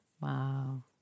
Wow